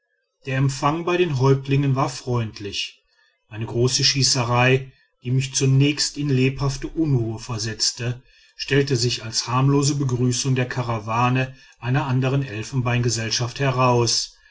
der empfang bei den häuptlingen war freundlich eine große schießerei die mich zunächst in lebhafte unruhe versetzte stellte sich als harmlose begrüßung der karawane einer andern elfenbeingesellschaft heraus